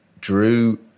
Drew